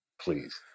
Please